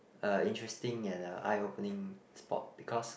a interesting and(uh) eye opening spot because